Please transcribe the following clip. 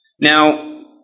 Now